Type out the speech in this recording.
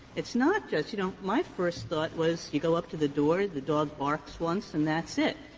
it's not just you know, my first thought was you go up to the door, the dog barks once, and that's it.